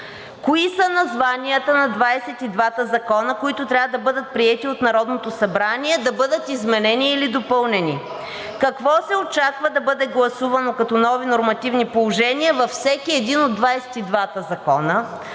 кои са названията на 22-та закона, които трябва да бъдат приети от Народното събрание, да бъдат изменени или допълнени; какво се очаква да бъде гласувано като нови нормативни положения във всеки един от 22-та закона;